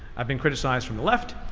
i've been criticized from the left.